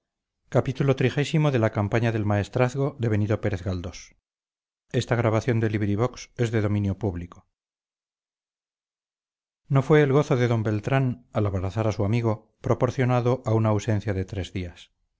no fue el gozo de d beltrán al abrazar a su amigo proporcionado a una ausencia de tres días